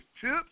chips